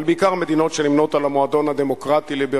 אבל בעיקר מדינות שנמנות עם המועדון הדמוקרטי-ליברלי,